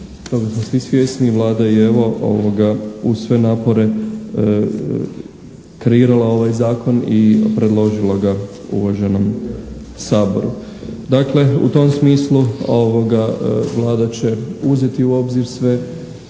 svi svjesni i Vlada i evo uz sve napore kreirala ovaj zakon i predložila ga uvaženom Saboru. Dakle u tom smislu Vlada će uzeti u obzir sve